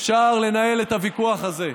אפשר לנהל את הוויכוח הזה.